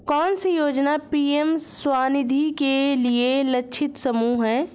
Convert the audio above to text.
कौन सी योजना पी.एम स्वानिधि के लिए लक्षित समूह है?